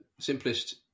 Simplest